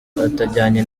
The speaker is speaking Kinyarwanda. atajyanye